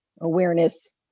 awareness